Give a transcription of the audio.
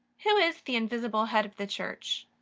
who is the invisible head of the church?